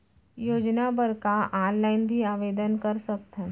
योजना बर का ऑनलाइन भी आवेदन कर सकथन?